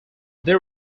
they